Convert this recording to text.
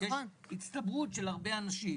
יש הצטברות של הרבה אנשים,